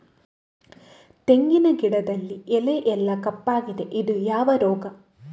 ತೆಂಗಿನ ಗಿಡದಲ್ಲಿ ಎಲೆ ಎಲ್ಲಾ ಕಪ್ಪಾಗಿದೆ ಇದು ಯಾವ ರೋಗ?